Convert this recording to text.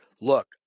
look